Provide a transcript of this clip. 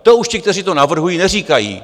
To už ti, kteří to navrhují, neříkají.